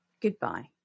goodbye